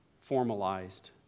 formalized